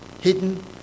hidden